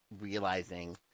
realizing